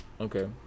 Okay